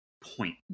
point